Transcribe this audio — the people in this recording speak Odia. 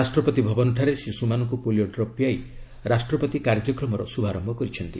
ରାଷ୍ଟ୍ରପତି ଭବନଠାରେ ଶିଶୁମାନଙ୍କୁ ପୋଲିଓ ଡ୍ରପ୍ ପିଆଇ ରାଷ୍ଟ୍ରପତି କାର୍ଯ୍ୟକ୍ରମର ଶୁଭାରମ୍ଭ କରିଛନ୍ତି